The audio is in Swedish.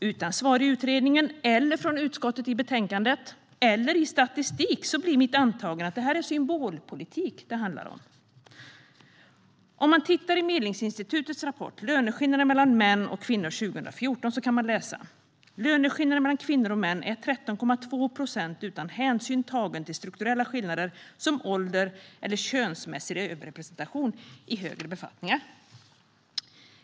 Utan svar i utredningen, från utskottet i betänkandet eller i statistik blir mitt antagande att detta handlar om symbolpolitik. Om man tittar i Medlingsinstitutets rapport Löneskillnaden mellan män och kvinnor 2014 kan man läsa att löneskillnaden mellan kvinnor och män är 13,2 procent utan hänsyn tagen till strukturella skillnader som ålder eller könsmässig överrepresentation i högre befattningar.